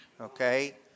okay